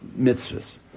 mitzvahs